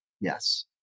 yes